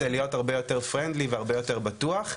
להיות הרבה יותר חברותי והרבה יותר בטוח.